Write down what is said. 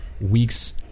weeks